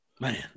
Man